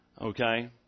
Okay